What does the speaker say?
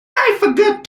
forgot